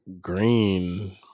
green